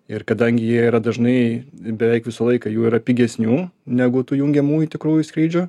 ir kadangi jie yra dažnai beveik visą laiką jų yra pigesnių negu tų jungiamųjų tikrųjų skrydžių